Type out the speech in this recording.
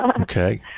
Okay